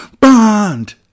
Bond